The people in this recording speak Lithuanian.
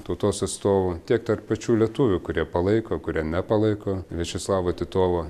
tautos atstovų tiek tarp pačių lietuvių kurie palaiko kurie nepalaiko viačeslavą titovą